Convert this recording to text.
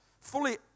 Fully